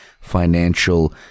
financial